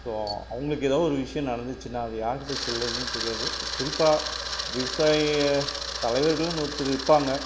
so அவங்களுக்கு ஏதாவது ஒரு விஷயம் நடந்துச்சின்னால் அதை யார் கிட்ட சொல்கிறதுன்னு தெரியாது குறிப்பாக விவசாய தலைவர்களும் ஒருத்தவர் இருப்பாங்க